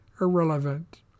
irrelevant